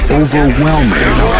overwhelming